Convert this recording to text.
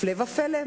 הפלא ופלא.